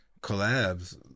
collabs